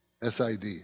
SID